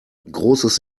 großes